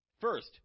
First